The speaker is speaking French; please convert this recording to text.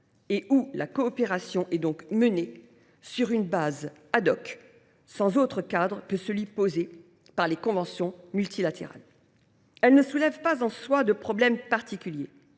et où la coopération est menée sur une base, sans autre cadre que celui posé par les conventions multilatérales. Ce texte ne soulève pas en soi de problème particulier.